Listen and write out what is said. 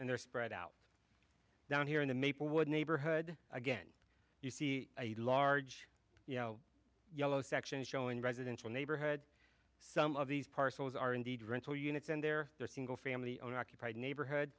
and they're spread out down here in the maplewood neighborhood again you see a large you know yellow section showing a residential neighborhood some of these parcels are indeed rental units and there are single family owner occupied neighborhood